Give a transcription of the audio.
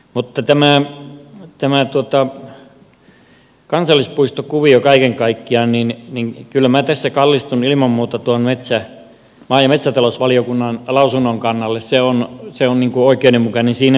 mutta tässä kansallispuistokuviossa kaiken kaikkiaan kyllä minä kallistun ilman muuta tuon maa ja metsätalousvaliokunnan lausunnon kannalle se on oikeudenmukainen siinä mielessä